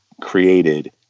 Created